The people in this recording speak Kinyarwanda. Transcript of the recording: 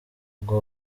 ubwo